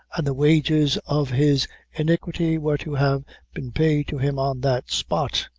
and the wages of his iniquity were to have been paid to him on that spot.